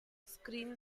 screen